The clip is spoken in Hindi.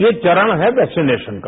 ये घरण है वैक्सीनेशन कर